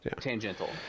Tangential